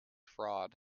frauds